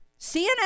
CNN